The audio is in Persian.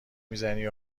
میزنی